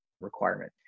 requirement